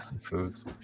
foods